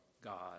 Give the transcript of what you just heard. God